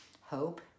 hope